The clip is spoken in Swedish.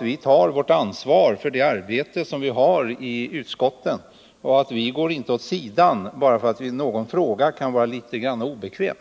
Vi tar vårt ansvar för arbetet i utskotten. Vi går inte åt sidan bara för att en fråga kan vara litet obekväm.